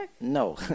No